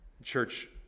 Church